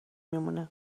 میمونه